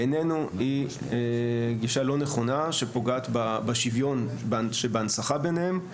בעייננו היא גישה לא נכונה שפוגעת בשוויון שבהנצחה ביניהם,